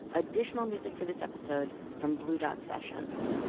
additional music for this episode from blue dot sessions.